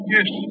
Yes